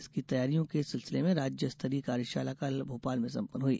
इसकी तैयारियों के सिलसिले में राज्य स्तरीय कार्यशाला कल भोपाल में सम्पन्न हुई